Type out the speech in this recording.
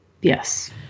Yes